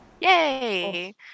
Yay